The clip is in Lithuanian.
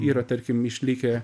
yra tarkim išlikę